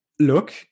look